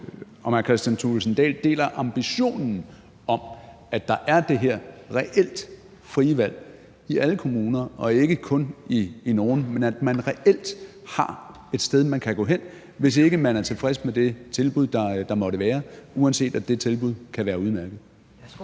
– om hr. Kristian Thulesen Dahl deler ambitionen om, at der er det her reelt frie valg i alle kommuner og ikke kun i nogle kommuner, men at man reelt har et sted, man kan gå hen, hvis ikke man er tilfreds med det tilbud, der måtte være, uanset at det tilbud kan være udmærket.